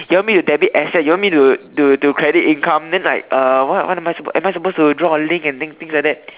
you want me to debit asset you want me to to to credit income then like uh what what am I supposed am I supposed to draw a link and thing things like that